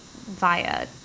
via